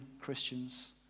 Christians